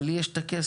אבל לי יש את הכסף,